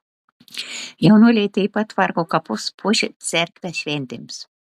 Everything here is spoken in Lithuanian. jaunuoliai taip pat tvarko kapus puošia cerkvę šventėms